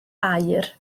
aur